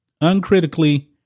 uncritically